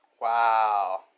Wow